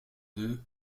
deux